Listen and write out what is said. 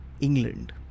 England